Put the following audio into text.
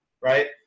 right